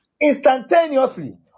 instantaneously